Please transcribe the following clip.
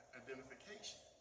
identification